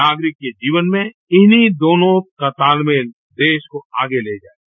नागरिक के जीवन में इन्हीं दोनों का तालमेल देश को आगे ले जाएगा